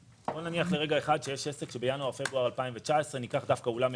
נניח שיש עסק שבינואר-פברואר 2019 ניקח דווקא אולם אירועים,